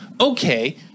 Okay